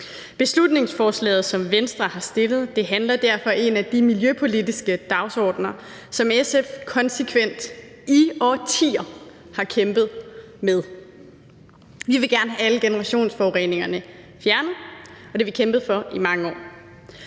Beslutningsforslaget, som Venstre har fremsat, handler derfor om en af de miljøpolitiske dagsordener, som SF konsekvent i årtier har kæmpet med. Vi vil gerne have alle generationsforureningerne fjernet, og det har vi kæmpet for i mange år.